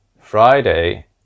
Friday